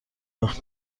وقت